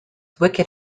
wicked